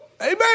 Amen